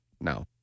No